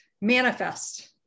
Manifest